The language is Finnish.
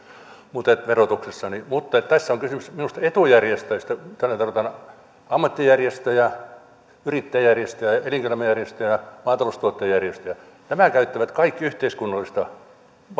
saa verotuksessa tässä on minusta kysymys etujärjestöistä tällä tarkoitan ammattijärjestöjä yrittäjäjärjestöjä elinkeinoelämän järjestöjä ja maataloustuottajajärjestöjä nämä kaikki käyttävät yhteiskunnallista